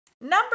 Number